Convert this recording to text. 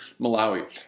Malawi